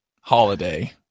holiday